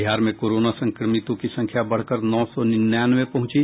बिहार में कोरोना संक्रमितों की संख्या बढ़कर नौ सौ निन्यानवे पहुंची